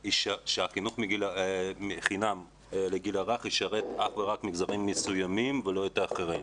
שהחינוך חינם לגיל הרך ישרת אך ורק מגזרים מסוימים ולא את האחרים,